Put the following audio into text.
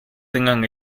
tengan